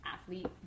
athlete